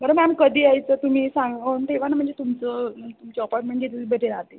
बरं मॅम कधी यायचं तुम्ही सांगून ठेवा ना म्हणजे तुमचं तुमची अपॉइंमेंट घेतली तर भेटेल आधी